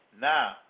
Now